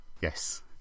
Yes